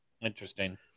Interesting